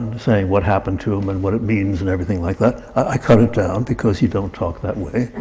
saying what happened to him and what it means and everything like that. i cut it down, because you don't talk that way,